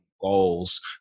goals